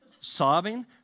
sobbing